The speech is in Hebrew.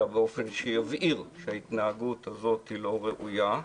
באופן שיבהיר שההתנהגות הזאת לא ראויה,